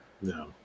No